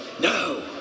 No